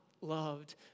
loved